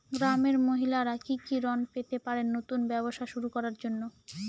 গ্রামের মহিলারা কি কি ঋণ পেতে পারেন নতুন ব্যবসা শুরু করার জন্য?